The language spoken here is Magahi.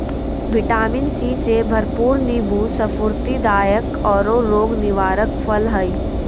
विटामिन सी से भरपूर नीबू स्फूर्तिदायक औरो रोग निवारक फल हइ